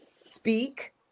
speak